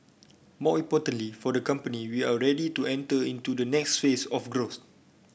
more importantly for the company we are ready to enter into the next phase of growth